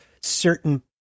certain